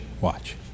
watch